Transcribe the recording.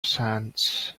sands